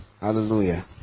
hallelujah